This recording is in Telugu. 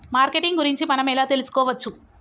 మార్కెటింగ్ గురించి మనం ఎలా తెలుసుకోవచ్చు?